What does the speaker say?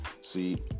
See